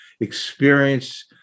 experience